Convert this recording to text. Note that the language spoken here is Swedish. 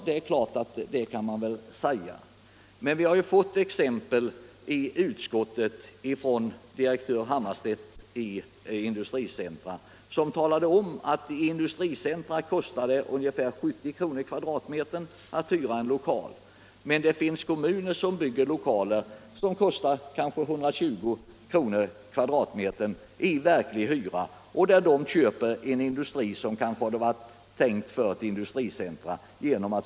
Det kan man givetvis säga, men utskottet har fått ett exempel från di rektör Hammarstedt i Stiftelsen Industricentra. Han förklarade att lokalhyran där var ungefär 70 kr. m”. Genom att subventionera hyran ner till 30 kr./" drar kommunerna till sig industrier, som varit tänkta för ett industricentrum.